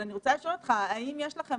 אני רוצה לשאול אותך האם יש לכם,